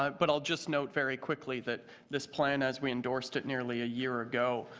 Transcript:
um but i'll just note very quickly that this plan, as we endorsed it nearly a year ago,